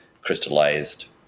crystallized